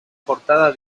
portada